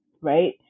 right